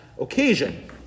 occasion